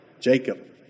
Jacob